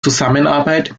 zusammenarbeit